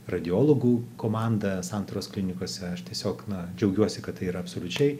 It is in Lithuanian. radiologų komanda santaros klinikose aš tiesiog na džiaugiuosi kad tai yra absoliučiai